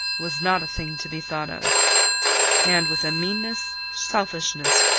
was not a thing to be thought of and with a meanness, selfishness,